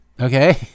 okay